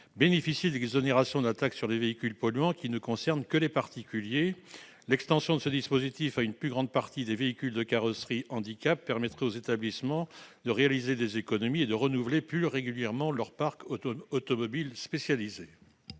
bénéficier de l'exonération de la taxe sur les véhicules polluants, qui ne concerne que les particuliers. L'extension de ce dispositif à une plus grande partie des véhicules carrosserie « handicap » permettrait aux établissements de réaliser des économies et de renouveler plus régulièrement leur parc automobile spécialisé.